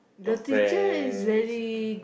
your friends